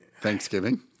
Thanksgiving